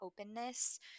openness